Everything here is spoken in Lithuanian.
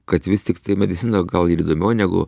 kad vis tiktai medicina gal ir įdomiau negu